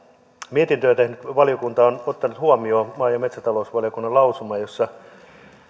mietintöä tehnyt valiokunta on ottanut huomioon maa ja metsätalousvaliokunnan lausuman jossa